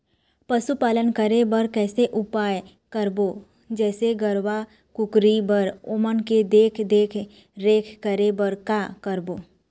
पशुपालन करें बर कैसे उपाय करबो, जैसे गरवा, कुकरी बर ओमन के देख देख रेख करें बर का करबो?